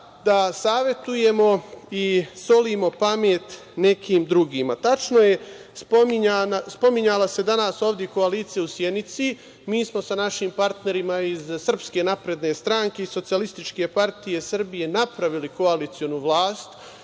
da savetujemo i da solimo pamet nekim drugima. Tačno je, spominjala se danas ovde i koalicija u Sjenici, mi smo sa našim partnerima iz Srpske napredne stranke i Socijalističke partije Srbije napravili koalicionu vlast